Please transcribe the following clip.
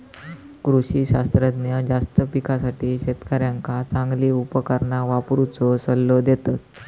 कृषी शास्त्रज्ञ जास्त पिकासाठी शेतकऱ्यांका चांगली उपकरणा वापरुचो सल्लो देतत